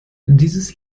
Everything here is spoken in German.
dieses